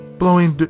blowing